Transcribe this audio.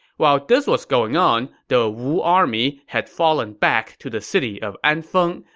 while this was going on, the wu army had fallen back to the city of anfeng,